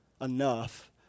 enough